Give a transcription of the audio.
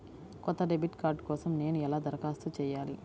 కొత్త debit card కోసం నేను ఎలా దరఖాస్తు చేయాలి?